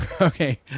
Okay